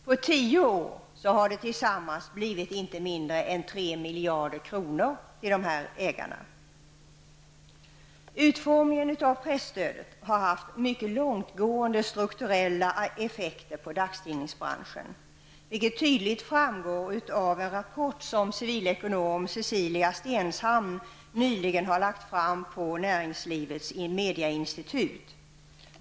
På tio år har det tillsammans blivit inte mindre än 3 miljarder kronor till de här ägarna! Utformningen av presstödet har haft mycket långtgående strukturella effekter på dagstidningsbranschen, vilket tydligt framgår av en rapport som civilekonom Cecilia Stenshamn nyligen har lagt fram vid Näringslivets mediainstitut.